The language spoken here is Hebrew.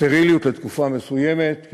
סטריליות לתקופה מסוימת,